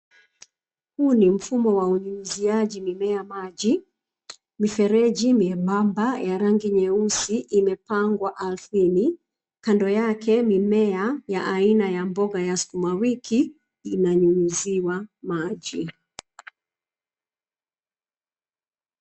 Huu ni mfumo wa unyunyiziaji mimea maji ,mifereji miembamba ya rangi nyeusi imepangwa ardhini, kando yake mimea ya aina ya mboga ya sukumawiki inanyunyuziwa maji .